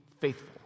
faithful